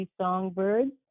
songbirds